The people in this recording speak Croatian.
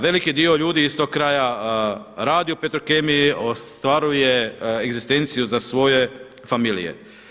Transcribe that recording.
Veliki dio ljudi iz tog kraja radi u Petrokemiji, ostvaruje egzistenciju za svoje familije.